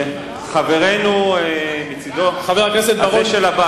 כמה זמן תתחבא בתחתונים של קדימה?